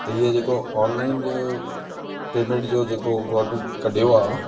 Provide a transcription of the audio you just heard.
त इहो जेको ऑनलाइन पेमेंट जो जेको गौरमैंट कढियो आहे